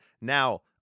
Now